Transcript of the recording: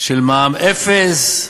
של מע"מ אפס,